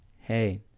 hey